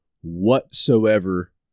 whatsoever